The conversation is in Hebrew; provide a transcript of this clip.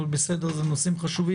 אבל אלו נושאים חשובים.